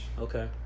Okay